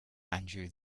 andrew